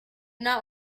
not